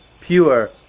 pure